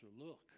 look